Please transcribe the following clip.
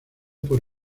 por